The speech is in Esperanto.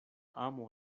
amo